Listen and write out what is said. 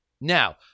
Now